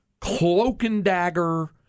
cloak-and-dagger